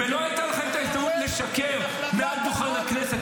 ולא הייתה לך את ההזדמנות לשקר כשר מעל דוכן הכנסת